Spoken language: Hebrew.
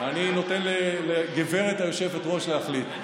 אני נותן לגברת היושבת-ראש להחליט.